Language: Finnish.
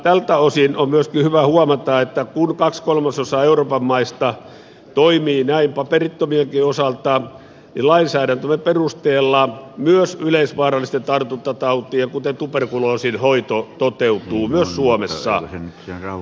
tältä osin on myöskin hyvä huomata että kun kaksi kolmasosaa euroopan maista toimii näin paperittomienkin osalta niin lainsäädäntömme perusteella myös yleisvaarallisten tartuntatautien kuten tuberkuloosin hoito toteutuu myös suomessa